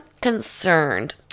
concerned